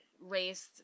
raised